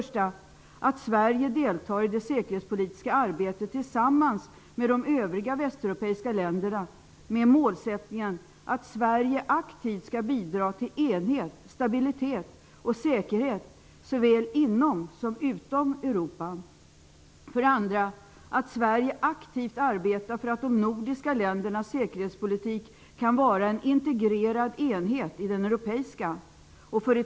Sverige skall delta i det säkerhetspolitiska arbetet tillsammans med de övriga västeuropeiska länderna, med målsättningen att Sverige aktivt skall bidra till enhet, stabilitet och säkerhet såväl inom som utom Europa. 2. Sverige skall aktivt arbeta för att de nordiska ländernas säkerhetspolitik kan utgöra en integrerad enhet i den europeiska. 3.